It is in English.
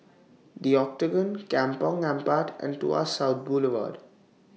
The Octagon Kampong Ampat and Tuas South Boulevard